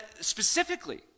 specifically